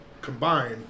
combine